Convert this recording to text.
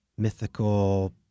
mythical